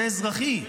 זה אזרחי.